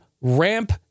ramp